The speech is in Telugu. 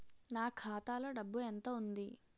నా ఖాతాలో డబ్బు ఎంత ఉంది?